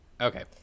okay